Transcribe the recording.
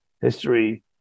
history